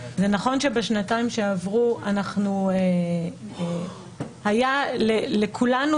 זה נכון שבשנתיים שעברו אנחנו היה לכולנו